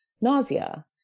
nausea